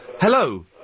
Hello